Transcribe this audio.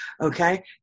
Okay